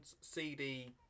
CD